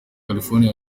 california